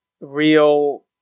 real